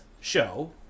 show